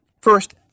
First